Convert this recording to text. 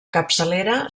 capçalera